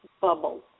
bubble